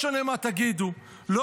מעניין אם זה יקרה, עם דגל חמאס, סליחה.